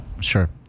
Sure